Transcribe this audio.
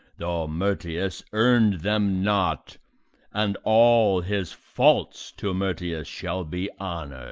though marcius earn'd them not and all his faults to marcius shall be honours,